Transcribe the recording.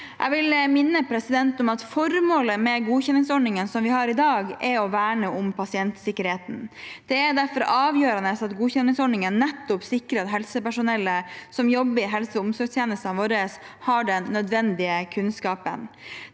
Jeg vil minne om at formålet med godkjenningsordningene som vi har i dag, er å verne om pasientsikkerheten. Det er derfor avgjørende at godkjenningsordningene nettopp sikrer at helsepersonellet som jobber i helseog omsorgstjenestene våre, har den nødvendige kunnskapen.